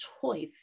choice